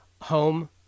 home